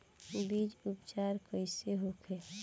बीज उपचार कइसे होखे?